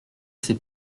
c’est